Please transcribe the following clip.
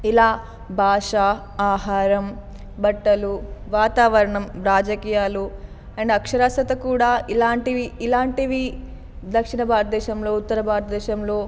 ఇలా భాష ఆహారం బట్టలు వాతావరణం రాజకీయాలు అండ్ అక్షరాస్యత కూడా ఇలాంటివి ఇలాంటివి దక్షిణ భారతదేశంలో ఉత్తర భారతదేశంలో